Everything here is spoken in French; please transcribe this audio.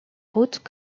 route